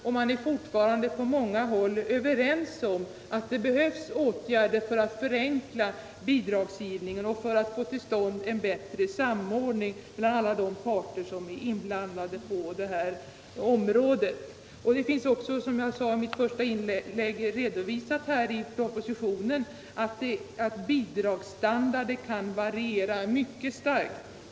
Och man anser fortfarande på många håll att det behövs åtgärder för att förenkla bidragsgivningen och för att få till stånd en bättre samordning mellan alla de parter som är inblandade. Det finns också. som jag sade i mitt första inlägg, redovisat i propositionen att bidragsstandarden kan variera mycket starkt.